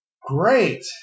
Great